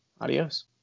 Adios